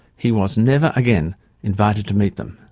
he was never again invited to meet them.